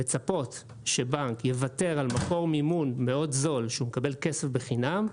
לצפות שבנק יקבל על מקור מימון מאוד זול במקום אחר,